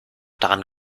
daran